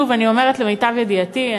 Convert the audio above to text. שוב, אני אומרת, למיטב ידיעתי.